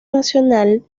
nacional